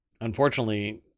unfortunately